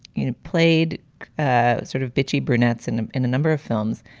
you know, played ah sort of bitchy brunettes in in a number of films,